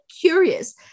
curious